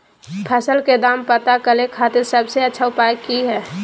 फसल के दाम पता करे खातिर सबसे अच्छा उपाय की हय?